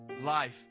Life